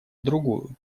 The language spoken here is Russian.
другую